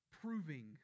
proving